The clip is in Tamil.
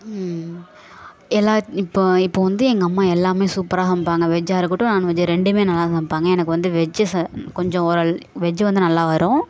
எல்லா இப்போது இப்போது வந்து எங்கள் அம்மா எல்லாமே சூப்பராக சமைப்பாங்க வெஜ்ஜாக இருக்கட்டும் நாண்வெஜ்ஜு ரெண்டுமே நல்லா சமைப்பாங்க எனக்கு வந்து வெஜ்ஜு ச கொஞ்சம் ஓரள் வெஜ்ஜு வந்து நல்லா வரும்